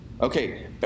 Okay